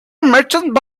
merchants